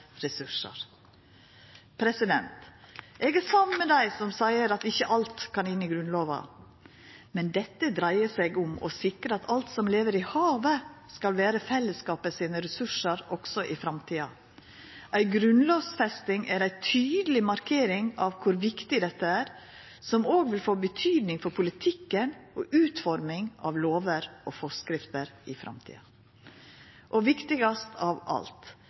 ressursar. Eg er samd med dei som seier at ikkje alt kan koma inn i Grunnlova. Men dette dreier seg om å sikra at alt som lever i havet, skal vera fellesskapet sine ressursar også i framtida. Ei grunnlovfesting er ei tydeleg markering av kor viktig dette er, som òg vil få betydning for politikken og utforming av lover og forskrifter i framtida. Og viktigast av alt: